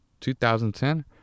2010